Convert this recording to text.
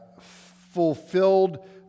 fulfilled